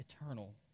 eternal